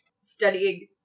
studying